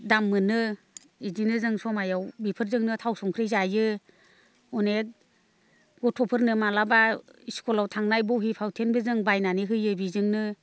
दाम मोनो इिदिनो जों समायाव बिफोरजोंनो थाव संख्रि जायो अनेख गथ'फोरनो माब्लाबा इस्कुलाव थांनाय बहि फावथेनबो बायनानै होयो जों बेजोंनो